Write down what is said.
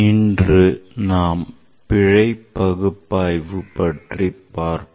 இன்று நாம் பிழை பகுப்பாய்வு பற்றி பார்ப்போம்